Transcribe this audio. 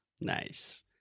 Nice